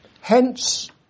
Hence